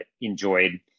enjoyed